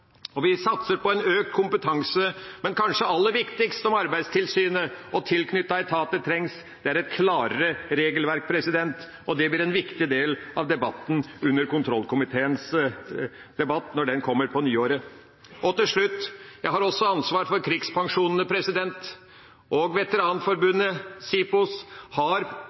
Vi satser på økt kompetanse, men det kanskje aller viktigste som Arbeidstilsynet og tilknyttede etater trenger, er et klarere regelverk. Det blir en viktig del av kontroll- og konstitusjonskomiteens debatt når den kommer på nyåret. Til slutt: Jeg har også ansvaret for krigspensjonene. Veteranforbundet SIOPS har